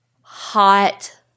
hot